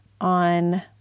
on